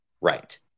Right